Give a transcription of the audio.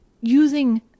using